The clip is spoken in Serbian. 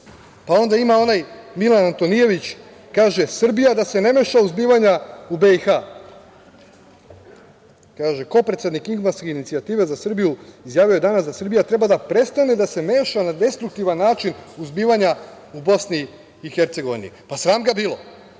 teze? Pa, ima onaj Milan Antonijević, koji kaže – Srbija da se ne meša u zbivanja u BiH. Kopredsednik Igmanske inicijative za Srbiju, izjavio je danas da Srbija treba da prestane da se meša na destruktivan način u zbivanja u BiH. Sram ga bilo!